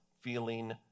feeling